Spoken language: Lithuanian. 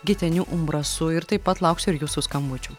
giteniu umbrasu ir taip pat lauksiu ir jūsų skambučio